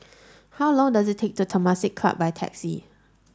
how long does it take to Temasek Club by taxi